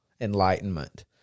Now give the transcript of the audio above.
enlightenment